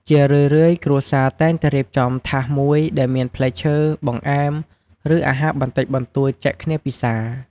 ជារឿយៗ គ្រួសារខ្មែរតែងតែរៀបចំ ថាសមួយ ដែលមានផ្លែឈើ បង្អែម ឬ អាហារបបន្តិចបន្តួចចែកគ្នាពិសា។